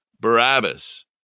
Barabbas